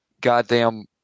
goddamn